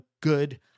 good